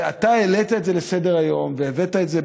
ואתה העלית את זה לסדר-היום והבאת את זה,